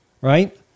right